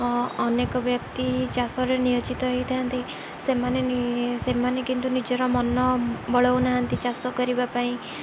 ଅନେକ ବ୍ୟକ୍ତି ଚାଷରେ ନିୟୋଜିତ ହେଇଥାନ୍ତି ସେମାନେ ସେମାନେ କିନ୍ତୁ ନିଜର ମନ ବଳଉନାହାଁନ୍ତି ଚାଷ କରିବା ପାଇଁ